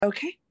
Okay